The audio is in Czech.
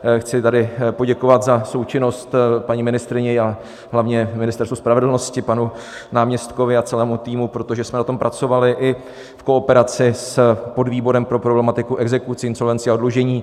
Chci tady poděkovat za součinnost paní ministryni, a hlavně Ministerstvu spravedlnosti, panu náměstkovi a celému týmu, protože jsme na tom pracovali i v kooperaci s podvýborem pro problematiku exekucí, insolvencí a oddlužení.